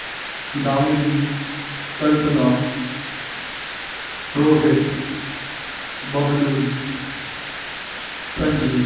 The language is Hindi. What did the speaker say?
दामिनी कल्पना रोहित बबलू संजीव